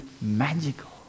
magical